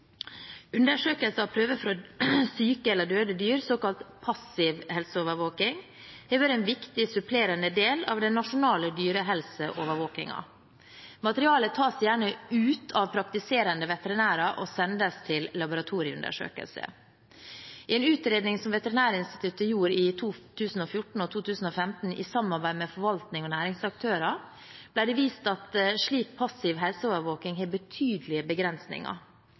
Undersøkelser av prøver fra syke eller døde dyr, såkalt passiv helseovervåking, har vært en viktig, supplerende del av den nasjonale dyrehelseovervåkingen. Materialet tas gjerne ut av praktiserende veterinærer og sendes til laboratorieundersøkelse. I en utredning som Veterinærinstituttet gjorde i 2014 og 2015, i samarbeid med forvaltning og næringsaktører, ble det vist at slik passiv helseovervåking har betydelige begrensninger.